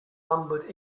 numbered